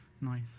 Nice